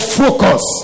focus